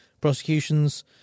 prosecutions